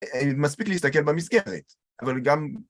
מספיק להסתכל במשקפת, אבל גם